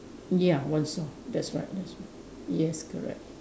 ya one song that's right that's right yes correct